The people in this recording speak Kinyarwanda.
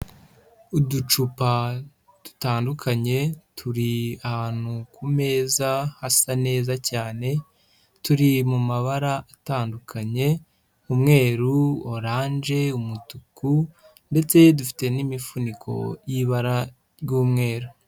Uducupa dutandukanye turi ahantu ku meza hasa neza cyane, turi mu mabara atandukanye umweru, oranje, umutuku ndetse dufite n'imifuniko y'ibara ry'umweru.